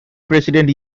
president